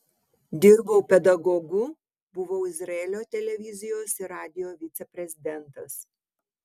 dirbau pedagogu buvau izraelio televizijos ir radijo viceprezidentas